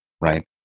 Right